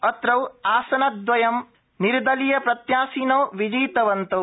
तत्राव आसनद्वयं निर्दलीयप्रत्याशिनौ विजितवन्तौ